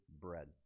bread